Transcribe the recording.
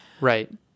Right